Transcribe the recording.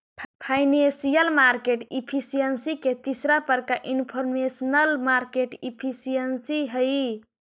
financial market efficiency के तीसरा प्रकार इनफॉरमेशनल मार्केट एफिशिएंसी हइ